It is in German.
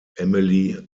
emily